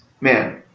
man